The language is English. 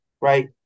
right